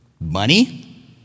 money